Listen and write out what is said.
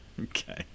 Okay